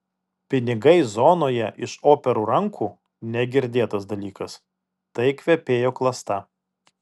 pinigai zonoje iš operų rankų negirdėtas dalykas tai kvepėjo klasta